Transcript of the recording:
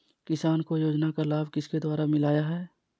किसान को योजना का लाभ किसके द्वारा मिलाया है?